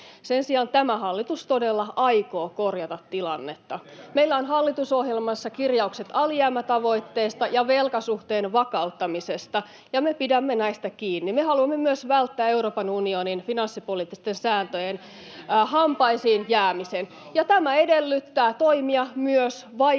Sen sijaan tämä hallitus todella aikoo korjata tilannetta. Meillä on hallitusohjelmassa kirjaukset alijäämätavoitteesta ja velkasuhteen vakauttamisesta, ja me pidämme näistä kiinni. Me haluamme myös välttää Euroopan unionin finanssipoliittisten sääntöjen hampaisiin jäämisen, ja tämä edellyttää toimia, myös vaikeita